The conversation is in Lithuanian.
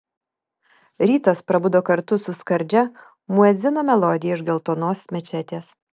rytas prabudo kartu su skardžia muedzino melodija iš geltonos mečetės